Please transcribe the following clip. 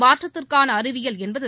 மாற்றத்திற்கான அறிவியல் என்பது